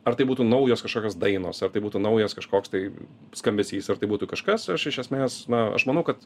ar tai būtų naujos kažkokios dainos ar tai būtų naujas kažkoks tai skambesys ar tai būtų kažkas aš iš esmės na aš manau kad